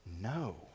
no